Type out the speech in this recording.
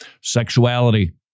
sexuality